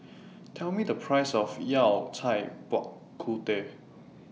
Tell Me The Price of Yao Cai Bak Kut Teh